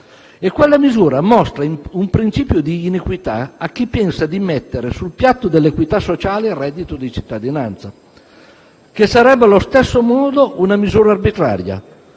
Quella misura mostra un principio di iniquità a chi pensa di mettere sul piatto dell'equità sociale il reddito di cittadinanza, che sarebbe allo stesso modo una misura arbitraria.